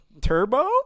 Turbo